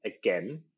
again